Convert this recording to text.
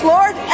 Lord